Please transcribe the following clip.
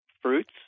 fruits